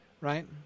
right